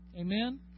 Amen